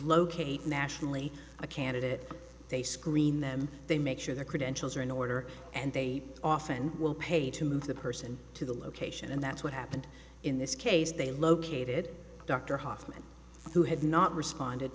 locate nationally a candidate they screen them they make sure their credentials are in order and they often will pay to move the person to the location and that's what happened in this case they located dr hoffman who had not responded